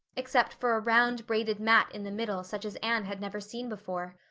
except for a round braided mat in the middle such as anne had never seen before.